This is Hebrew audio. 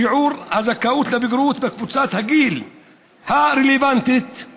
שיעור הזכאות לבגרות בקבוצת הגיל הרלוונטית היא